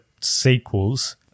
sequels